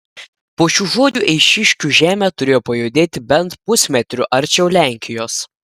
po šių žodžių eišiškių žemė turėjo pajudėti bent pusmetriu arčiau lenkijos